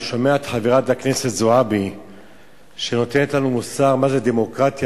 אני שומע את חברת הכנסת זועבי שנותנת לנו מוסר מה זה דמוקרטיה,